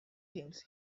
things